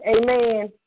amen